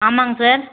ஆமாம்ங்க சார்